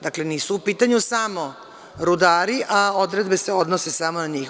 Dakle, nisu u pitanju samo rudari, a odredbe se odnose samo na njih.